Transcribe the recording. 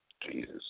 Jesus